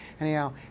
Anyhow